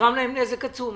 נגרם לנו נזק עצום,